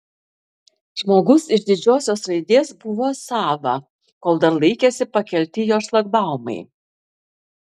žmogus iš didžiosios raidės buvo sava kol dar laikėsi pakelti jo šlagbaumai